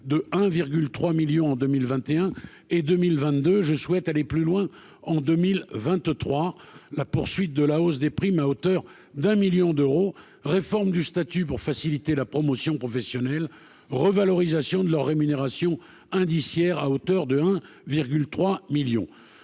3 millions en 2021 et 2022 je souhaite aller plus loin en 2023 la poursuite de la hausse des primes à hauteur d'un 1000000 d'euros, réforme du statut pour faciliter la promotion professionnelle revalorisation de leur rémunération indiciaire à hauteur de 1 virgule